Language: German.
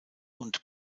und